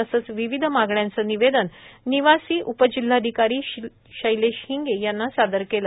तसेच विविध मागण्याचे निवेदन निवासी उपजिल्हाधिकारी शैलेश हिंगे यांना सादर केलं